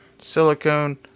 silicone